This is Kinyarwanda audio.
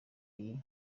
iyi